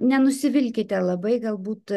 nenusivilkite labai galbūt